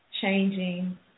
changing